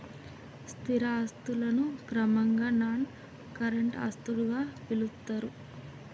స్థిర ఆస్తులను క్రమంగా నాన్ కరెంట్ ఆస్తులుగా పిలుత్తరు